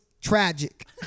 tragic